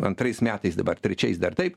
antrais metais dabar trečiais dar taip